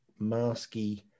masky